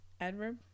Adverb